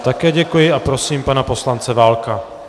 Také děkuji a prosím pana poslance Válka.